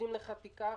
נותנים לך תיקח,